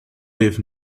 with